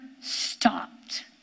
stopped